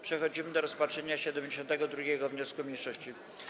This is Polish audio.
Przechodzimy do rozpatrzenia 72. wniosku mniejszości.